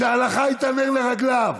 שההלכה הייתה נר לרגליו,